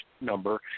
number